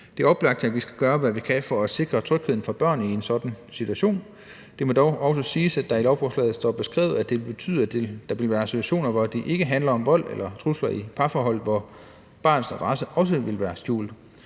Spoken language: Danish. Det er oplagt, at vi skal gøre, hvad vi kan for at sikre trygheden for børnene i en sådan situation. Det må dog også siges, at der i lovforslaget står beskrevet, at det vil betyde, at der vil være situationer, hvor det ikke handler om vold eller trusler i parforholdet, og hvor barnets adresse også vil være skjult.